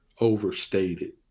overstated